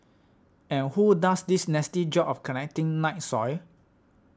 and who does this nasty job of collecting night soil